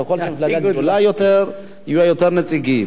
ככל שהמפלגה גדולה יותר, יהיו לה יותר נציגים.